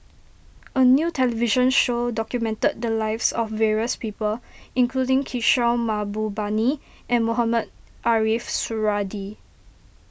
a new television show documented the lives of various people including Kishore Mahbubani and Mohamed Ariff Suradi